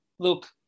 Look